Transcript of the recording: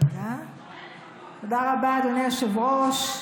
אדוני היושב-ראש,